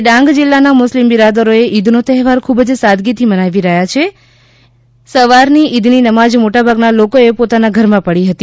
આજે ડાંગ જિલ્લાના મુસ્લિમ બિરાદરો ઈદનો તહેવાર ખુબજ સાદગીથી મનાવી રહ્યા છે સવારની ઈદની નમાજ મોટાભાગના લોકોએ પોતાના ઘરમાં પઢી હતી